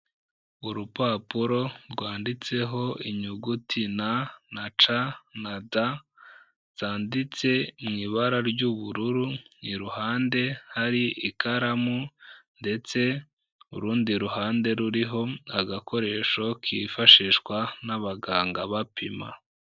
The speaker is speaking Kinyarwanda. Urupapuro rwanditseho inyuguti N na C na D, zanditse mu ibara ry'ubururu, iruhande hari ikaramu ndetse urundi ruhande ruriho agakoresho kifashishwa n'abaganga bapima.